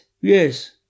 yes